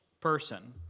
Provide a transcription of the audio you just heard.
person